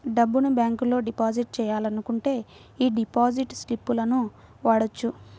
డబ్బును బ్యేంకులో డిపాజిట్ చెయ్యాలనుకుంటే యీ డిపాజిట్ స్లిపులను వాడొచ్చు